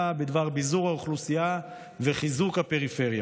בדבר ביזור האוכלוסייה וחיזוק הפריפריה,